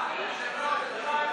איתך.